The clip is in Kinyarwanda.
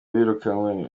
birukanwe